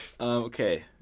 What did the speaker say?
okay